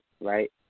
right